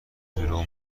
دروغ